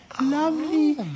lovely